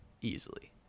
easily